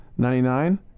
99